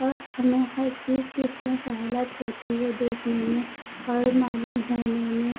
اور ہمیں ہر چیز کی اس میں سہولت ہوتی ہے دیکھنے میں اور معلوم ہونے میں